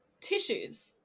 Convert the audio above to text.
tissues